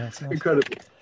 Incredible